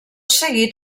seguit